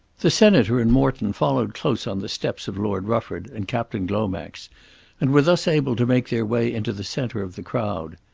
the senator and morton followed close on the steps of lord rufford and captain glomax and were thus able to make their way into the centre of the crowd.